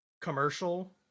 commercial